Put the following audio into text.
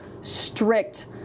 strict